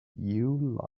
you